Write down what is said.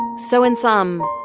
so in sum,